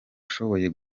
ushoboye